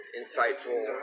insightful